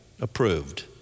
approved